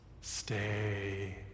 stay